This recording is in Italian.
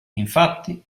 infatti